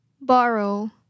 borrow